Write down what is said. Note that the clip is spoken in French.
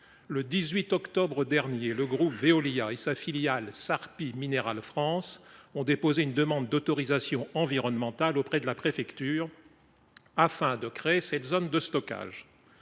Le 18 octobre 2024, le groupe Veolia et sa filiale Sarpi Mineral France ont déposé une demande d’autorisation environnementale auprès de la préfecture afin de créer cette zone de stockage.